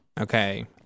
Okay